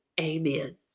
amen